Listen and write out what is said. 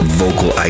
vocal